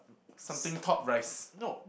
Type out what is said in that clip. something topped rice